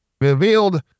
revealed